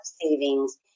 savings